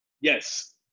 Yes